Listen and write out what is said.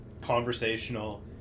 conversational